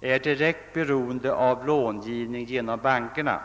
är direkt beroende av långivning genom bankerna.